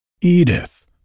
Edith